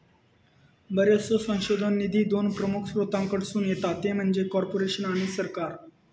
बरोचसो संशोधन निधी दोन प्रमुख स्त्रोतांकडसून येता ते म्हणजे कॉर्पोरेशन आणि सरकार